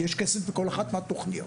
כי יש כסף בכל אחת מהתוכניות